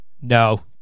No